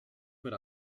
per